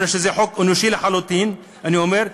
זה חוק אנושי לחלוטין, אני אומר.